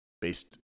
based